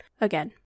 again